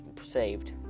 saved